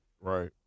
Right